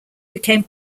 became